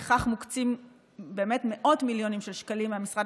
לכך מוקצים מאות מיליונים של שקלים מהמשרד